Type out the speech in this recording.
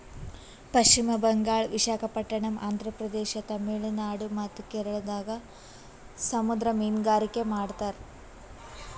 ಪಶ್ಚಿಮ್ ಬಂಗಾಳ್, ವಿಶಾಖಪಟ್ಟಣಮ್, ಆಂಧ್ರ ಪ್ರದೇಶ, ತಮಿಳುನಾಡ್ ಮತ್ತ್ ಕೇರಳದಾಗ್ ಸಮುದ್ರ ಮೀನ್ಗಾರಿಕೆ ಮಾಡ್ತಾರ